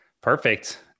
Perfect